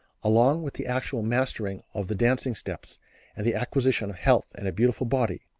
along with the actual mastering of the dancing steps and the acquisition of health and a beautiful body,